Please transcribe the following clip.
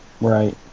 Right